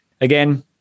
again